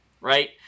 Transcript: right